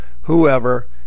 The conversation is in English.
whoever